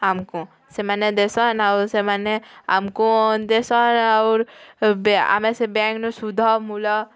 ଆମକୁ ସେମାନେ ଦେସନ୍ ଆଉ ସେମାନେ ଆମକୁ ଦେସନ୍ ଆଉର୍ ଆମେ ସେ ବ୍ୟାଙ୍କରୁ ଶୁଦ୍ଧ ମୂଳ ସବ୍